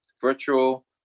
virtual